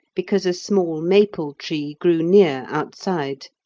because a small maple tree grew near outside.